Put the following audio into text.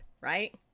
right